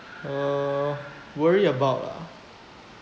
uh worry about ah